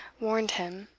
warned him,